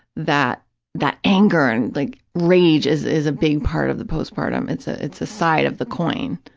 that that anger and like rage is is a big part of the postpartum, it's ah it's a side of the coin